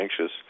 anxious